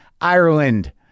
Ireland